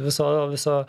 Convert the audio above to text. viso viso